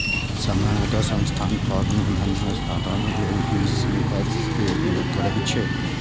सामान्यतः संस्थान थोक मे धन हस्तांतरण लेल ई.सी.एस के उपयोग करै छै